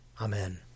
Amen